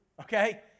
okay